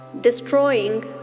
destroying